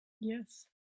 Yes